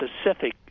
specific